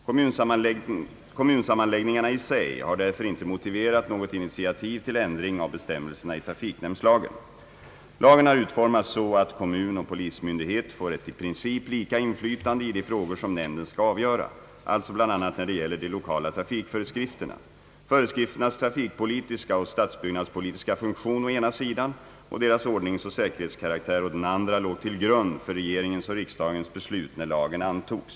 Lagen om trafiknämnder har utformats så att kommun och polis får ett i princip lika inflytande i de frågor som nämnden skall avgöra, alltså bl.a. när det gäller de lokala trafikföreskrifterna. Föreskrifternas trafikpolitiska och stadsbyggnadspolitiska funktion, å ena sidan, och deras ordningsoch säkerhetskaraktär, å den andra, låg till grund för regeringens och riksdagens beslut när lagen antogs.